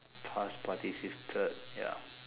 past participle ya